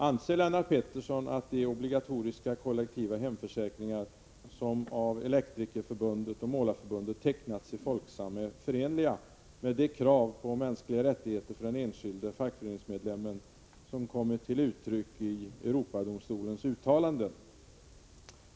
Anser Lennart Pettersson att de obligatoriska kollektiva hemförsäkringar som av Elektrikerförbundet och Målareförbundet har tecknats i Folksam är förenliga med de krav på mänskliga rättigheter för den enskilde fackföreningsmedlemmen som har kommit till uttryck i Europadomstolens uttalanden?